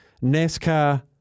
NASCAR